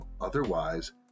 Otherwise